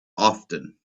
often